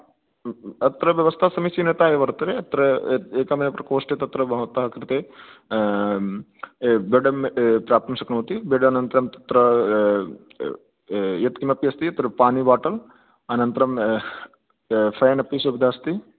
अत्र व्यवस्था समीचीनतया एव वर्तते अत्र एकमेव प्रकोष्ठे तत्र भवतः कृते बेडं प्राप्तुं शक्नोति बेड् अनन्तरं तत्र यत्किमपि अस्ति तत्र पानी बोटल् अनन्तरं फ़ेन् अपि सुविधा अस्ति